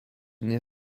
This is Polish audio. nie